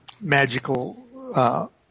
magical